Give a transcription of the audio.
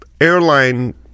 airline